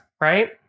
Right